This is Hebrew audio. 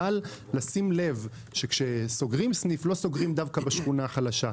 אבל לשים לב שכשסוגרים סניף לא סוגרים דווקא בשכונה החלשה.